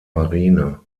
marine